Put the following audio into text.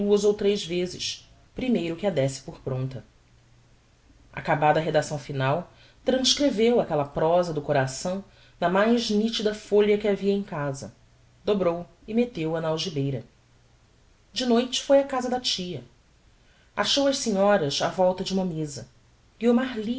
duas ou tres vezes primeiro que a désse por prompta acabada a redacção final transcreveu aquella prosa do coração na mais nitida folha que havia em casa dobrou o metteu o na algibeira de noite foi á casa da tia achou as senhoras á volta de uma meza guiomar